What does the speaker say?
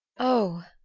oh,